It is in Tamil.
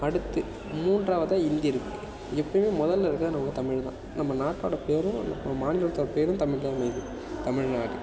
அடுத்து மூன்றாவதாக ஹிந்தி இருக்கு எப்போயுமே முதலில் இருக்கிறது நம்ம தமிழ் தான் நம்ம நாட்டோட பேரும் மாநிலத்தோட பேரும் தமிழ் தான் அமையுது தமிழ்நாடு